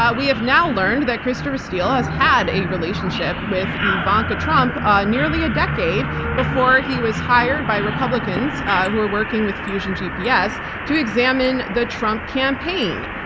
ah we have now learned that christopher steele has had a relationship with ivanka trump ah nearly a decade before he was hired by republicans who are working with fusion gps to examine the trump campaign.